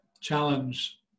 challenge